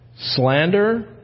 slander